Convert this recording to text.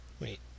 Wait